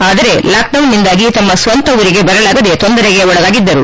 ಆದರೆ ಲಾಕ್ಡೌನ್ನಿಂದಾಗಿ ತಮ್ಮ ಸ್ವಂತ ಊರಿಗೆ ಬರಲಾಗದೆ ತೊಂದರೆಗೆ ಒಳಗಾಗಿದ್ದರು